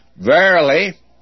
Verily